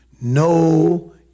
no